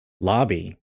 lobby